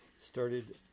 started